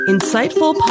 Insightful